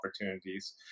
opportunities